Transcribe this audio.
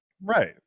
right